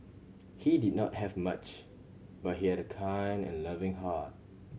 he did not have much but he had a kind and loving heart